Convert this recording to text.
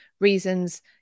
reasons